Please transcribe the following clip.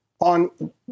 on